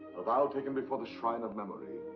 a vow taken before the shrine of memory,